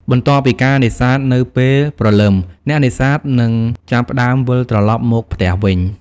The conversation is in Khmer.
បន្ទាប់ពីការនេសាទនៅពេលព្រលឹម អ្នកនេសាទនឹងចាប់ផ្ដើមវិលត្រឡប់មកផ្ទះវិញ។